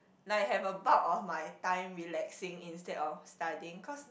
like have a part of my time relaxing instead of studying cause